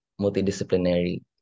multidisciplinary